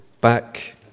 back